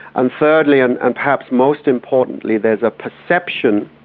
and thirdly and and perhaps most importantly, there's a perception,